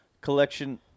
collection